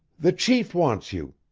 the chief wants you.